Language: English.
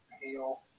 heal